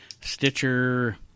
Stitcher